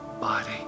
body